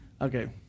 Okay